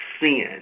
sin